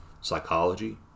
psychology